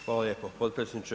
Hvala lijepo potpredsjedniče.